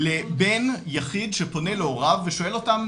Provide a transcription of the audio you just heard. לבן יחיד שפונה להוריו ושואל אותם,